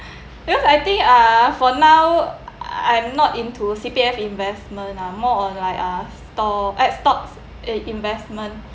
because I think uh for now I'm not into C_P_F investment ah more on like ah store eh stocks investment